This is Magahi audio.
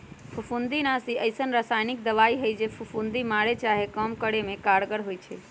फफुन्दीनाशी अइसन्न रसायानिक दबाइ हइ जे फफुन्दी मारे चाहे कम करे में कारगर होइ छइ